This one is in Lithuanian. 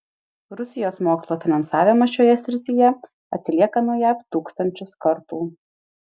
rusijos mokslo finansavimas šioje srityje atsilieka nuo jav tūkstančius kartų